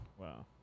Wow